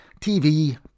TV